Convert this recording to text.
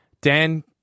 Dan